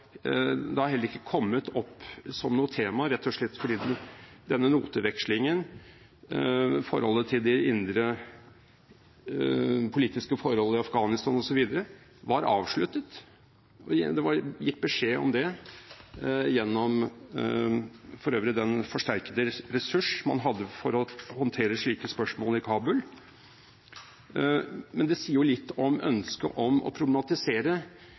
kommet opp som noe tema, rett og slett fordi denne notevekslingen, forholdet til de indre politiske forhold i Afghanistan osv., var avsluttet – det var gitt beskjed om det for øvrig gjennom den forsterkede ressurs man hadde for å håndtere slike spørsmål i Kabul – men det sier jo litt om ønsket om å problematisere,